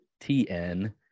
TN